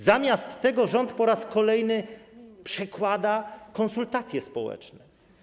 Zamiast tego rząd po raz kolejny przekłada konsultacje społeczne.